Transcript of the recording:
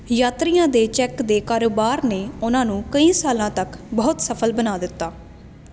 ਯਾਤਰੀਆਂ ਦੇ ਚੈਕ ਦੇ ਕਾਰੋਬਾਰ ਨੇ ਉਨ੍ਹਾਂ ਨੂੰ ਕਈ ਸਾਲਾਂ ਤੱਕ ਬਹੁਤ ਸਫਲ ਬਣਾ ਦਿੱਤਾ